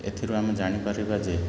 ଏଥିରୁ ଆମେ ଜାଣିପାରିବା ଯେ